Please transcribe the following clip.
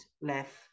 left